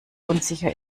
unsicher